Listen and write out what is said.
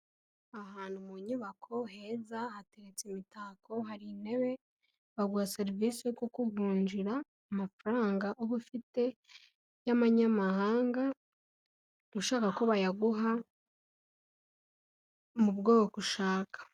Ahantu mu nyubako heza hateretse imitako, hari intebe, baguha serivisi yo kukuvunjira amafaranga uba ufite y'amabanyamahanga ushaka ko bayaguha mu bwoko ushaka.